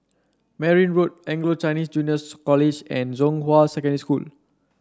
Merryn Road Anglo Chinese Juniors College and Zhonghua Secondary School